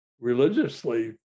religiously